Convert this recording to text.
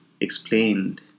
Explained